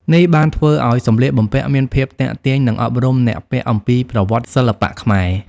នេះបានធ្វើឲ្យសម្លៀកបំពាក់មានភាពទាក់ទាញ និងអប់រំអ្នកពាក់អំពីប្រវត្តិសិល្បៈខ្មែរ។